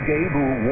Gable